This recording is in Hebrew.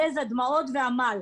יזע, דמעות ועמל.